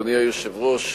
אדוני היושב-ראש,